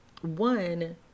one